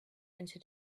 into